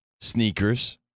sneakers